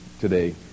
today